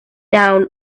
down